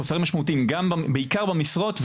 חוסרים משמעותיים בעיקר במשרות,